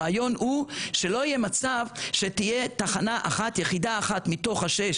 הרעיון הוא שלא יהיה מצב שתהיה תחנה אחת יחידה אחת מתוך השש